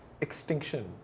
extinction